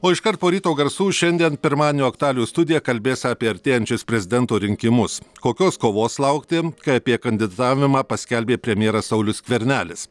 o iškart po ryto garsų šiandien pirmadienio aktualijų studija kalbės apie artėjančius prezidento rinkimus kokios kovos laukti kai apie kandidatavimą paskelbė premjeras saulius skvernelis